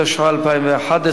התשע"א 2011,